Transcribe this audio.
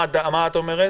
מה את אומרת?